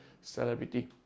celebrity